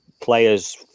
Players